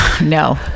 No